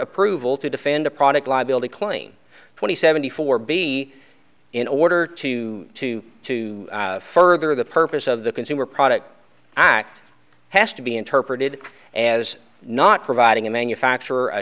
approval to defend a product liability claim twenty seventy four b in order to to to further the purpose of the consumer product act has to be interpreted as not providing a manufacturer a